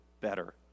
better